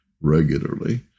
regularly